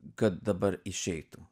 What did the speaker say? kad dabar išeitų